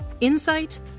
Insight